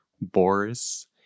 Boris